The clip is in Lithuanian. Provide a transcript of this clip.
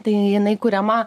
tai jinai kuriama